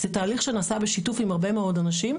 זה תהליך שנעשה בשיתוף עם הרבה מאוד אנשים,